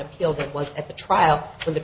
appeal that was at the trial for the